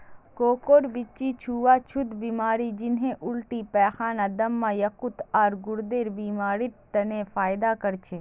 कोकोर बीच्ची छुआ छुत बीमारी जन्हे उल्टी पैखाना, दम्मा, यकृत, आर गुर्देर बीमारिड तने फयदा कर छे